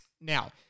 Now